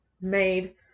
made